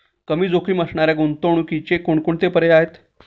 कमी जोखीम असणाऱ्या गुंतवणुकीचे कोणकोणते पर्याय आहे?